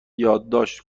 یادداشت